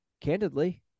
Candidly